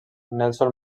nelson